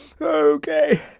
Okay